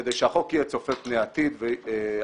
כדי שהחוק יהיה צופה פני עתיד ושהתחולה